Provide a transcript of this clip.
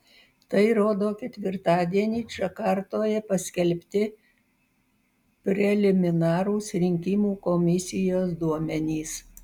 tai rodo ketvirtadienį džakartoje paskelbti preliminarūs rinkimų komisijos duomenys